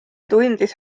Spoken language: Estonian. tundis